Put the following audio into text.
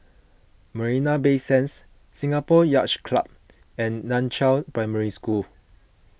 Marina Bay Sands Singapore Yacht Club and Nan Chiau Primary School